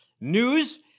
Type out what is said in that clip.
News